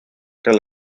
kaj